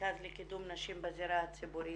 המרכז לקידום נשים בזירה הציבורית,